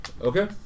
Okay